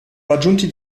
raggiunti